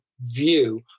view